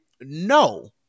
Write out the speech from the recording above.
No